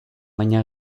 baina